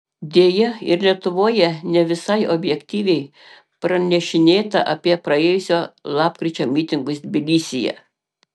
deja ir lietuvoje ne visai objektyviai pranešinėta apie praėjusio lapkričio mitingus tbilisyje